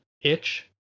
itch